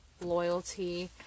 loyalty